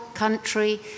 Country